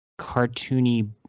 cartoony